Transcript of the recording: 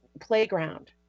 playground